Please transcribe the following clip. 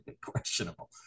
questionable